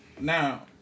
now